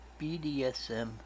BDSM